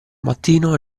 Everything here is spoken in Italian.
mattino